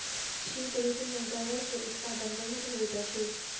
शीत ऋतू में गाजर के उत्पादन बहुत होइत अछि